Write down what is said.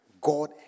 God